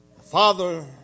Father